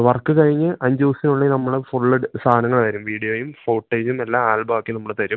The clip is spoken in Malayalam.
വർക്ക് കഴിഞ്ഞ് അഞ്ചൂസെ ഉള്ളി നമ്മള് ഫുള്ള് സാനങ്ങള് തെരും വീഡിയോയും ഫോട്ടേയുമെല്ലാ ആൽബാക്കി നമ്മള് തരും